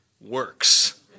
works